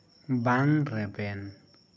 ᱵᱟᱝ ᱨᱮᱵᱮᱱ